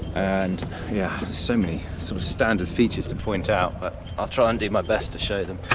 and yeah so many sort of standard features to point out, but i'll try and do my best to show them,